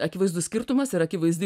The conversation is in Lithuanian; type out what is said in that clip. akivaizdus skirtumas ir akivaizdi